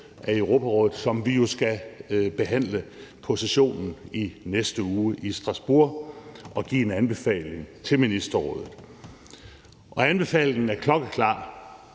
af Europarådet, som vi jo skal behandle på sessionen i næste uge i Strasbourg for at give en anbefaling til ministerrådet. Og anbefalingen er klokkeklar,